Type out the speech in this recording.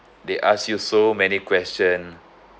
they ask you so many question